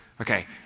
Okay